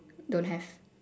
don't have